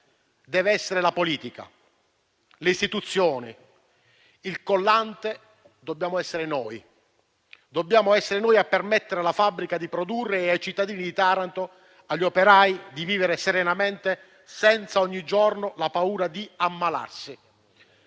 deve essere la politica, le istituzioni: il collante dobbiamo essere noi. Dobbiamo essere noi a permettere alla fabbrica di produrre e ai cittadini di Taranto, agli operai, di vivere serenamente senza ogni giorno la paura di ammalarsi.